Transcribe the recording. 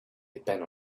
depend